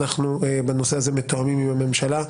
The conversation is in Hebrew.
בנושא הזה אנחנו מתואמים עם הממשלה,